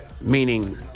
Meaning